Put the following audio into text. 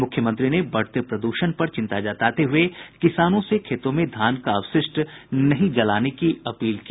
मुख्यमंत्री ने बढ़ते प्रद्षण पर चिंता जताते हुये किसानों से खेतों में धान का अवशिष्ट नहीं जलाने की अपील की